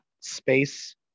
space